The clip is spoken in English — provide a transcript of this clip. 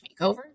Makeover